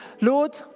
Lord